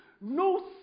No